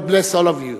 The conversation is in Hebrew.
God bless all of you.